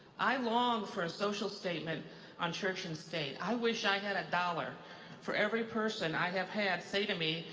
i long for a social statement on church and state. i wish i had a dollar for every person i have had say to me,